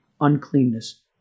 uncleanness